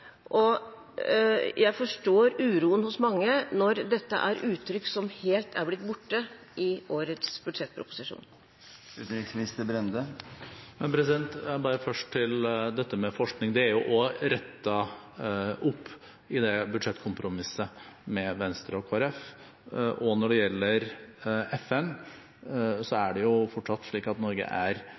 og prevensjon. Jeg forstår uroen hos mange når dette er uttrykk som helt er blitt borte i årets budsjettproposisjon. Bare først til dette med forskning. Det er også rettet opp i budsjettkompromisset med Venstre og Kristelig Folkeparti. Når det gjelder FN, er det fortsatt slik at Norge er